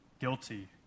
guilty